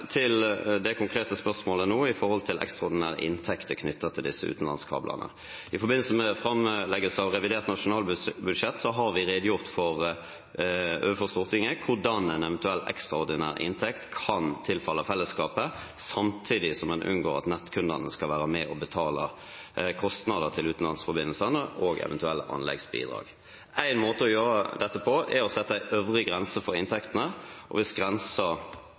til det konkrete spørsmålet om hvorvidt det er ekstraordinære inntekter knyttet til disse utenlandskablene. I forbindelse med framleggelsen av revidert nasjonalbudsjett har vi redegjort overfor Stortinget for hvordan en eventuell ekstraordinær inntekt kan tilfalle fellesskapet, samtidig som en unngår at nettkundene skal være med og betale kostnader til utenlandsforbindelsene og eventuelle anleggsbidrag. Én måte å gjøre dette på er å sette en øvre grense for inntektene, og